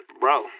Bro